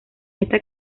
esta